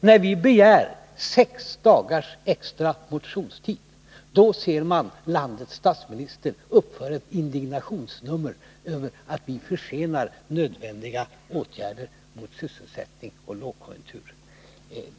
När vi sedan begär sex dagars extra motionstid, då ser man landets statsminister uppföra ett indignationsnummer över att vi försenar nödvändiga åtgärder mot sysselsättningssituationen och lågkonjunkturen.